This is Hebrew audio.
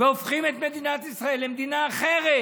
והופכים את מדינת ישראל למדינה אחרת.